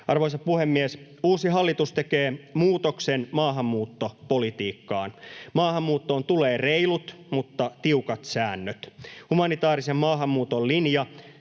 Arvoisa puhemies! Uusi hallitus tekee muutoksen maahanmuuttopolitiikkaan. Maahanmuuttoon tulee reilut mutta tiukat säännöt. Humanitaarisen maahanmuuton linja